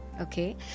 Okay